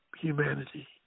humanity